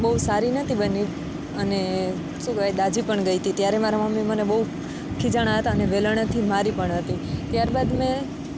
બહુ સારી નહોતી બની અને શું કહેવાય દાઝી પણ ગઈ તી ત્યારે મારાં મમ્મી મને બહુ ખીજાણાં હતાં ને વેલણેથી મારી પણ હતી ત્યારબાદ મેં